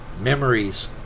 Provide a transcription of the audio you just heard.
memories